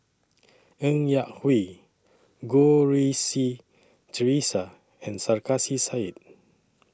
Ng Yak Whee Goh Rui Si Theresa and Sarkasi Said